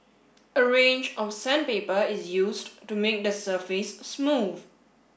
a range of sandpaper is used to make the surface smooth